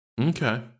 Okay